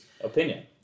Opinion